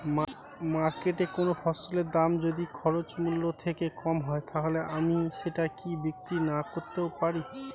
মার্কেটৈ কোন ফসলের দাম যদি খরচ মূল্য থেকে কম হয় তাহলে আমি সেটা কি বিক্রি নাকরতেও পারি?